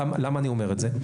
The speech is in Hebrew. למה אני אומר את זה?